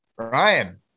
Ryan